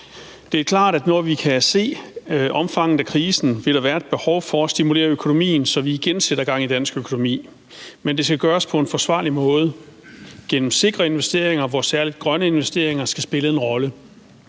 Det er klart, at når vi kan se omfanget af krisen, vil der være et behov for at stimulere økonomien, så vi igen sætter gang i dansk økonomi, men det skal gøres på en forsvarlig måde – gennem sikre investeringer, hvor særlig grønne investeringer skal spille en rolle.